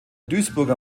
duisburger